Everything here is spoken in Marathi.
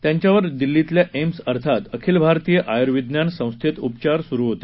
त्यांच्यावर दिल्लीतल्या एम्स अर्थात अखिल भारतीय आयुर्विज्ञान संस्थेत उपचार सुरु होते